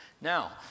Now